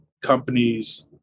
companies